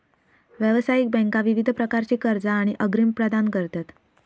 व्यावसायिक बँका विविध प्रकारची कर्जा आणि अग्रिम प्रदान करतत